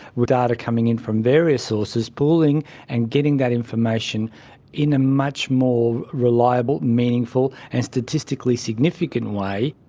with data coming in from various sources, pooling and getting that information in a much more reliable, meaningful and statistically significant way.